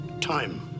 Time